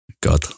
god